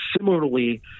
similarly